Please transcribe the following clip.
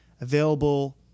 Available